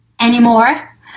anymore